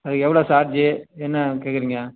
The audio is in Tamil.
அதுக்கு எவ்வளோ சார்ஜி என்ன கேட்குறீங்க